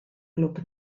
glwb